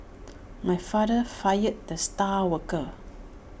my father fired the star worker